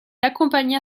accompagna